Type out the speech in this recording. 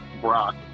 Brock